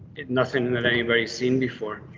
nothing that anybody seen before,